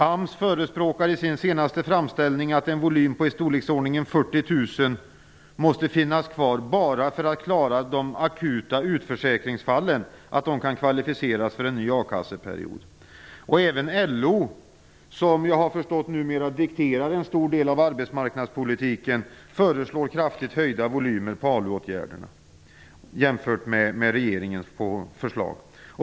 AMS förespråkar i sin senaste framställning att en volym på i storleksordningen 40 000 måste finnas kvar bara för att klara att de akuta utförsäkringsfallen kan kvalificeras för en ny a-kasseperiod. Även LO, som jag har förstått numera dikterar en stor del av arbetsmarknadspolitiken, föreslår kraftigt höjda volymer för ALU-åtgärderna jämfört med regeringens förslag.